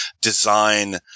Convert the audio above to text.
design